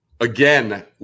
Again